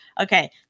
Okay